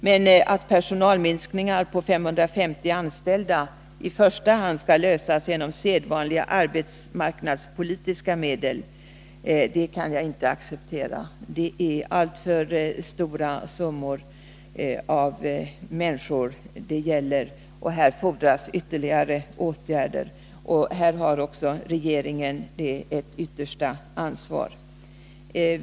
Men att personalminskningar på 550 anställda skall klaras med i första sedvanliga arbetsmarknadspolitiska medel kan jag inte acceptera. Det gäller alltför många människor. Ytterligare åtgärder erfordras. Här har också regeringen det yttersta ansvaret.